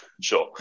Sure